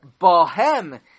bahem